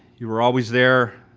you were always there,